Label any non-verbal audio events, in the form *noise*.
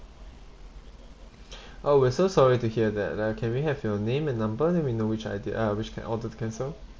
*breath* oh we're so sorry to hear that uh can we have your name and number then we know which I_D uh which can~ order to cancel